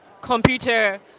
computer